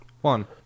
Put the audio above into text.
One